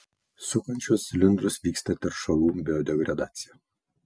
sukant šiuos cilindrus vyksta teršalų biodegradacija